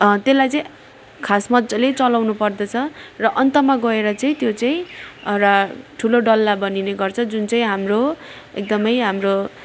त्यसलाई चाहिँ खास मजाले चलाउनु पर्दछ र अन्तमा गएर चाहिँ त्यो चाहिँ एउटा ठुलो डल्ला बनिने गर्छ जुन चाहिँ हाम्रो एकदम हाम्रो